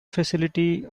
facility